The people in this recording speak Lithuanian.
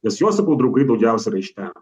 nes jo sakau draugai daugiausia yra iš ten